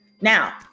Now